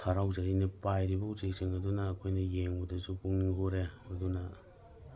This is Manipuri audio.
ꯍꯔꯥꯎꯖꯔꯤꯅꯤ ꯄꯥꯏꯔꯤꯕ ꯎꯆꯦꯛꯁꯤꯡ ꯑꯗꯨꯅ ꯑꯩꯈꯣꯏꯅ ꯌꯦꯡꯕꯗꯁꯨ ꯄꯨꯛꯅꯤꯡ ꯍꯨꯔꯦ ꯑꯗꯨꯅ